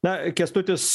na kęstutis